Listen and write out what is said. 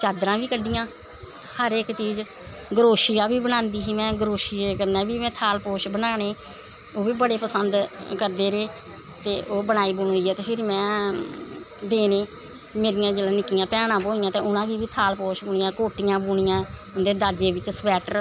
चाद्दरां बी कड्ढियां हर इक चीज़ क्रोशियां बी में बनांदी ही क्रोशिये कन्नैं बी में थाल पोश बनानें ओह् बी बड़े पसंद करदे रेह् ओह् बनाई बनुईयै ते फिर में देनें जिसलै मेरियां निक्कियां भैनां ब्होइयां ते उनां गी बी थाल पोश बुनियैं कोटियां बुनियां उंदै दाज्जै बिच्च स्वैटर